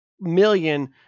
million